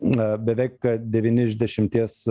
na beveik devyni iš dešimties